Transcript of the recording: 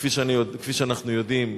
וכפי שאנחנו יודעים,